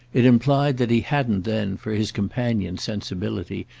it implied that he hadn't then, for his companion's sensibility,